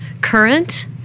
current